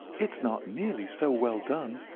it's not nearly so well done.